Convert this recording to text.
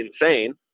insane